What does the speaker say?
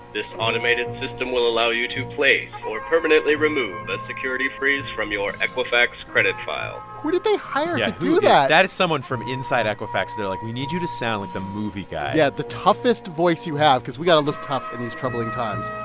this automated system will allow you to place or permanently remove a security freeze from your equifax credit file who did they hire to do that? yeah, who that is someone from inside equifax that are like, we need you to sound like the movie guy yeah, the toughest voice you have cause we got to look tough in these troubling times